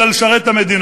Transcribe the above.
אלא כדי לשרת את המדינה.